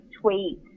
tweet